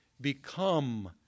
become